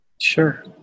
Sure